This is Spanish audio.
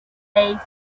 seis